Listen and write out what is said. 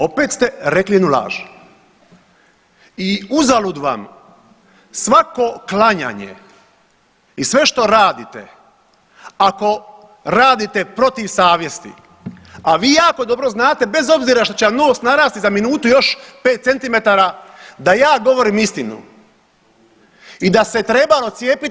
Opet ste rekli jednu laž i uzalud vam svako klanjanje i sve što radite ako radite protiv savjesti, a vi jako dobro znate bez obzira što će vam nos narasti za minutu još 5 cm da ja govorim istinu i da se trebalo cijepiti.